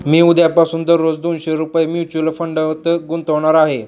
मी उद्यापासून दररोज दोनशे रुपये म्युच्युअल फंडात गुंतवणार आहे